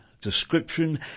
description